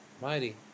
mighty